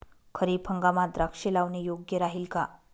खरीप हंगामात द्राक्षे लावणे योग्य राहिल का?